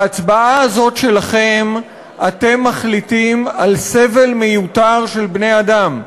בהצבעה הזאת שלכם אתם מחליטים על סבל מיותר של בני-אדם.